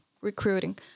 recruiting